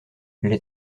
les